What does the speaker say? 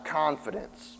confidence